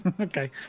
Okay